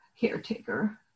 caretaker